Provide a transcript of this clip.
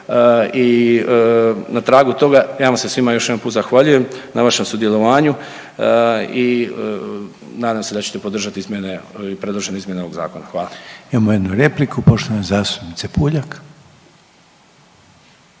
i na tragu toga ja vam se svima još jedanput zahvaljujem na vašem sudjelovanju i nadam se da ćete podržati izmjene i predložene izmjene ovog zakona. Hvala. **Reiner, Željko (HDZ)** Imamo jednu repliku, poštovane zastupnice Puljak.